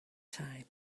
time